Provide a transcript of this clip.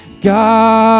god